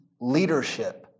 leadership